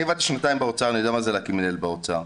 אני עבדתי שנתיים באוצר ואני יודע מה זה להקים מינהלת באוצר.